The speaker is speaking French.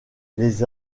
les